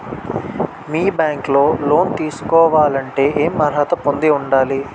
మీ bank లో loan తీసుకోవాలంటే ఎం అర్హత పొంది ఉండాలి?